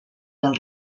del